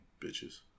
Bitches